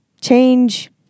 Change